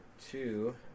two